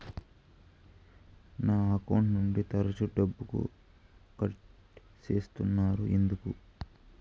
నా అకౌంట్ నుండి తరచు డబ్బుకు కట్ సేస్తున్నారు ఎందుకు